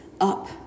up